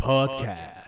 Podcast